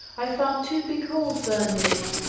i found two big holes burnt in it.